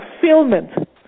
fulfillment